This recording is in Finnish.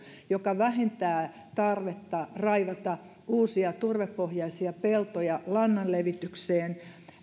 joka vähentää tarvetta raivata uusia turvepohjaisia peltoja lannan levitykseen